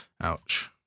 Ouch